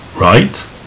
Right